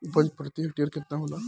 उपज प्रति हेक्टेयर केतना होला?